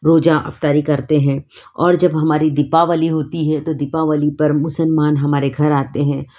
रोज़ा अफ्तारी करते हैं और जब हमारी दीपावली होती है तो दीपावाली पर मुसलमान हमारे घर आते हैं